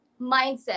mindset